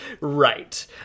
right